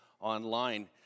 online